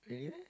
really meh